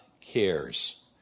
cares